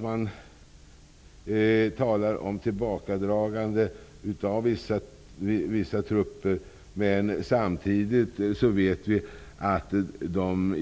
Man har talat om tillbakadragande av vissa trupper, men samtidigt vet vi att i